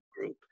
group